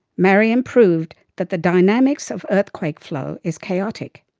maryam proved that the dynamics of earthquake flow is chaotic.